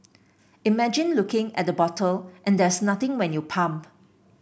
imagine looking at the bottle and there's nothing when you pump